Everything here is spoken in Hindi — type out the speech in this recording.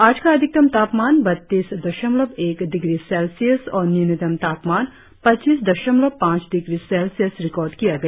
आज का अधिकतम तापमान बत्तीस दशमलव एक डिग्री सेल्सियस और न्यूनतम तापमान पच्चीस दशमलव पाच डिग्री सेल्सियस रिकार्ड किया गया